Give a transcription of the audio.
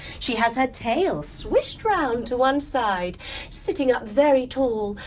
she has her tail swished round to one side sitting up very tall,